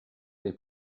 dei